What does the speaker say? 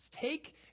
Take